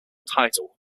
title